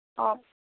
অঁ